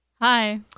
Hi